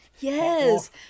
yes